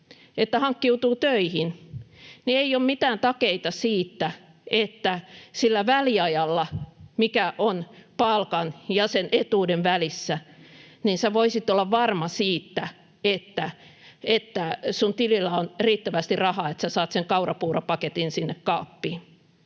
että hankkiutuu töihin, ei ole mitään takeita siitä, että sillä väliajalla, mikä on palkan ja sen etuuden välissä, voisit olla varma siitä, että tililläsi on riittävästi rahaa, että saat sen kaurapuuropaketin sinne kaappiin.